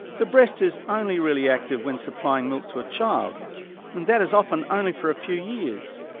the breast is only really active when supplying milk to a child and that is often only for a few years.